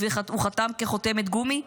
והוא חתם כחותמת גומי?